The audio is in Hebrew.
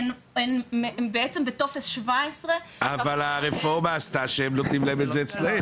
הן בעצם בטופס 17. אבל הרפורמה עשתה שהם נותנים את זה אצלם.